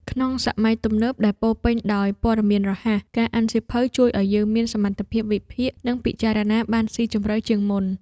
ក្នុងសម័យទំនើបដែលពោរពេញដោយព័ត៌មានរហ័ស ការអានសៀវភៅជួយឱ្យយើងមានសមត្ថភាពវិភាគ និងពិចារណាបានស៊ីជម្រៅជាងមុន។